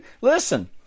Listen